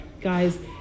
Guys